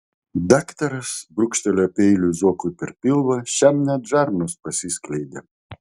daktaras brūkštelėjo peiliu zuokui per pilvą šiam net žarnos pasiskleidė